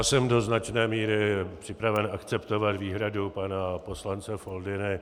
Jsem do značné míry připraven akceptovat výhradu pana poslance Foldyny.